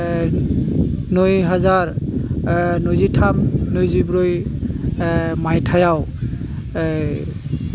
एह नै हाजार नैजिथाम नैजिब्रै एह मायथाइयाव एह